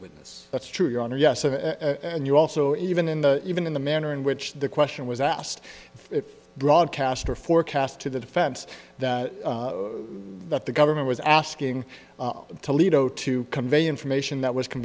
witness that's true your honor yes and you also even in the even in the manner in which the question was asked broadcaster forecast to the defense that that the government was asking toledo to convey information that was c